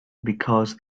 because